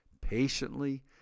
patiently